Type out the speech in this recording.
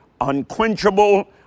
unquenchable